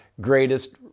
greatest